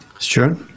Sure